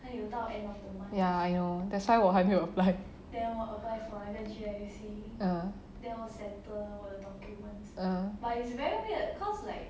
ya I know that's why 我还没有 apply uh uh